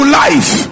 life